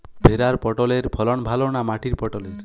ভেরার পটলের ফলন ভালো না মাটির পটলের?